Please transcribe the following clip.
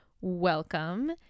welcome